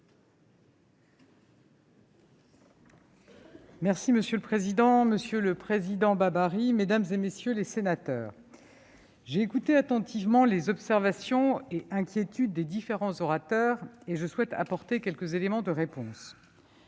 Monsieur le président, monsieur le président Serge Babary, mesdames, messieurs les sénateurs, j'ai écouté attentivement les observations et inquiétudes des différents orateurs. Je souhaite y apporter quelques éléments de réponse.